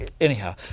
Anyhow